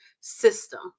system